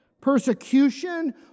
persecution